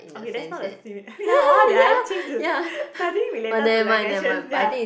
okay that's not the ya why did I change to nothing related to the questions ya